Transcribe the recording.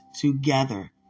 together